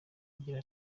agira